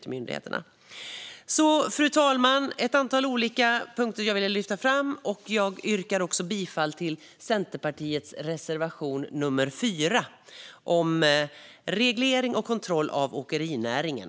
Fru talman! Det var ett antal olika punkter som jag ville lyfta fram. Jag yrkar också bifall till Centerpartiets reservation 4 om reglering och kontroll av åkerinäringen.